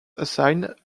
assigned